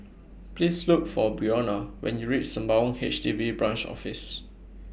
Please Look For Brionna when YOU REACH Sembawang H D B Branch Office